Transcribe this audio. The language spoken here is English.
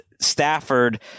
Stafford